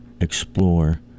explore